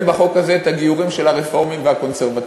בחוק הזה את הגיורים של הרפורמים והקונסרבטיבים,